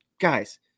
Guys